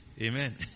Amen